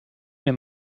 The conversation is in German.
mir